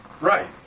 Right